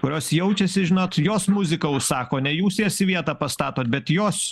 kurios jaučiasi žinot jos muziką užsako ne jūs jas į vietą pastatot bet jos